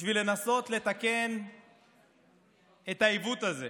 בשביל לנסות לתקן את העיוות הזה,